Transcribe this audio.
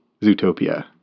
Zootopia